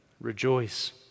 Rejoice